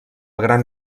gran